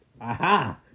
Aha